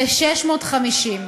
ל-650.